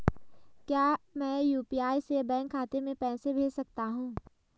क्या मैं यु.पी.आई से बैंक खाते में पैसे भेज सकता हूँ?